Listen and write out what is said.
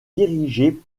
dirigée